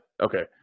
Okay